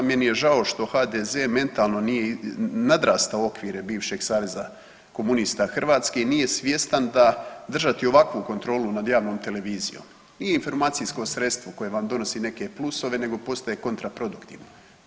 Meni je žao što HDZ mentalno nije nadrastao okvire bivšeg Saveza komunista Hrvatske i nije svjestan da držati ovakvu kontrolu nad javnom televizijom i informacijsko sredstvo koje vam donosi neke pluseve nego postaje kontraproduktivno.